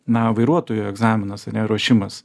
na vairuotojo egzaminas ane ruošimas